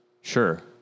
Sure